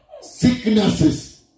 sicknesses